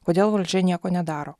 kodėl valdžia nieko nedaro